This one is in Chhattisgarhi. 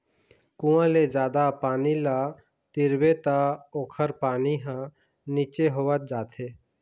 कुँआ ले जादा पानी ल तिरबे त ओखर पानी ह नीचे होवत जाथे